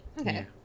Okay